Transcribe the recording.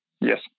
Yes